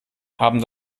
haben